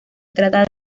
trata